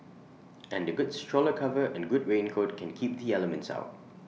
and A good stroller cover and good raincoat can keep the elements out